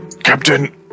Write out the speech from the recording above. Captain